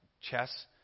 Chess